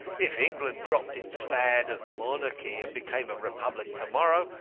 if england dropped its fad of monarchy and became a republic to-morrow,